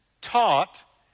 taught